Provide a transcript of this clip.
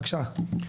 בבקשה.